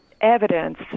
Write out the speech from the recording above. evidence